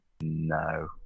No